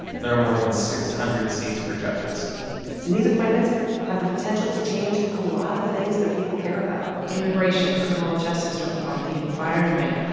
there are more than six hundred seats for judges and these appointments have the potential to change a lot of things that people care about immigration, criminal justice reform, the environment,